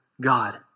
God